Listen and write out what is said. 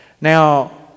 Now